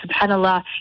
Subhanallah